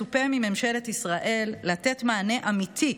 מצופה מממשלת ישראל לתת מענה אמיתי,